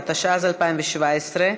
פיננסיים (ביטוח) (תיקון מס' 33), התשע"ז 2017,